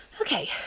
Okay